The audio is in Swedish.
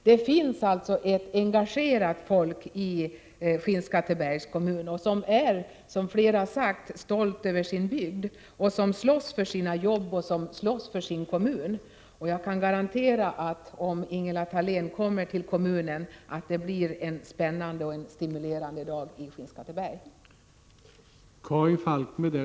Det finns alltså engagerade människor i Skinnskattebergs kommun vilka, som flera framhållit, är stolta över sin bygd och som slåss för sina arbeten och för sin kommun. Jag kan garantera att det blir en spännande och stimulerande dag i Skinnskatteberg, om Ingela Thalén kommer dit.